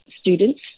students